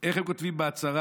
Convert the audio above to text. איך הם כותבים בהצהרה?